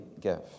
give